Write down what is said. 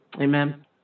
Amen